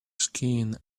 skin